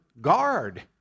guard